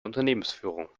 unternehmensführung